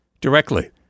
directly